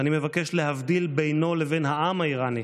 ואני מבקש להבדיל בינו לבין העם האיראני,